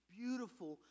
beautiful